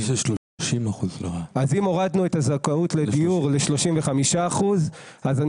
אם הורדו את הזכאות לדיור ל-35% אז אני